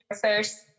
first